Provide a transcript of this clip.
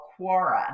Quora